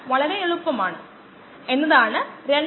മൊത്തം നിരക്ക് നമ്മൾ എങ്ങനെ കണ്ടെത്തും